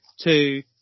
two